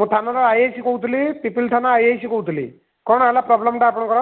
ମୁଁ ଥାନାର I I C କହୁଥିଲି ପିପିଲି ଥାନା ଆଇ ଆଇ ସି କହୁଥିଲି କ'ଣ ହେଲା ପ୍ରୋବ୍ଲେମ୍ଟା ଆପଣଙ୍କର